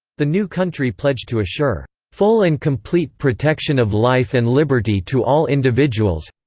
the new country pledged to assure full and complete protection of life and liberty to all individuals.